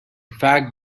fact